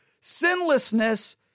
sinlessness